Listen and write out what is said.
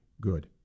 good